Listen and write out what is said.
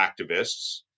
activists